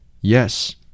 Yes